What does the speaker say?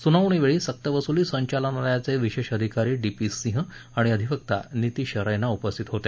सुनावणीवेळी सक्तवसुली संचालनालयाचे विशेष अधिकारी डी पी सिंह आणि अधिवक्ता नितीश स्त्री उपस्थित होते